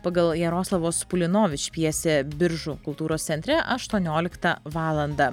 pagal jaroslavo spulinovič pjesę biržų kultūros centre aštuonioliktą valandą